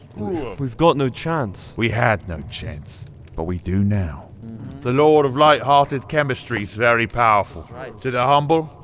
we've got no chance! we had no chance but we do now the lord of light-hearted chemistry is very powerful to the humble,